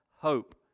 hope